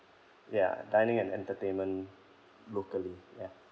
ya dining and entertainment locally ya